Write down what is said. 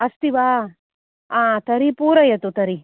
अस्ति वा आ तर्हि पूरयतु तर्हि